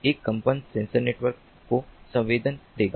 एक कंपन सेंसर कंपन को संवेदन देगा